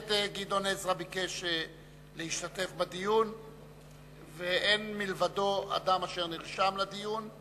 הכנסת גדעון עזרא ביקש להשתתף בדיון ואין מלבדו אדם אשר נרשם לדיון.